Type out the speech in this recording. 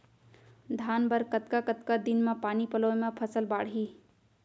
धान बर कतका कतका दिन म पानी पलोय म फसल बाड़ही?